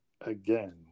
Again